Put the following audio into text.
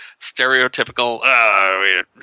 stereotypical